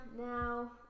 now